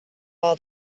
all